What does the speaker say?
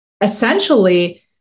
essentially